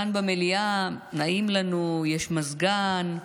כאן במליאה נעים לנו, יש מזגן,